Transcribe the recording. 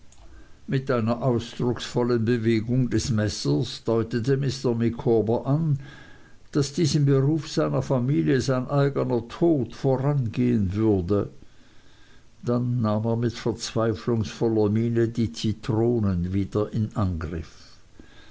mit einer ausdrucksvollen bewegung des messers deutete mr micawber an daß diesem beruf seiner familie sein eigner tod vorangehen würde dann nahm er mit verzweiflungvoller miene die zitronen wieder in angriff